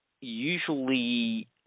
usually